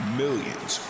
millions